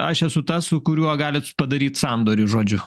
aš esu tas su kuriuo galit padaryt sandorį žodžiu